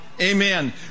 amen